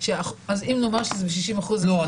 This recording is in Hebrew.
אם נאמר שזה 60%, אז --- לא.